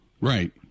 Right